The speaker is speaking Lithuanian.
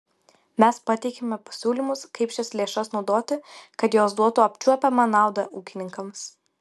mes pateikėme pasiūlymus kaip šias lėšas naudoti kad jos duotų apčiuopiamą naudą ūkininkams